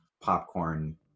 popcorn